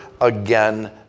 again